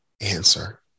answer